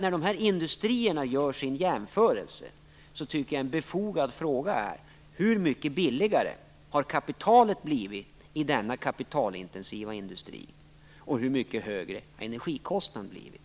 När de här industrierna gör sina jämförelser tycker jag en befogad fråga är: Hur mycket billigare har kapitalet blivit i denna kapitalintensiva industri, och hur mycket högre har energikostnaden blivit?